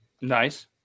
Nice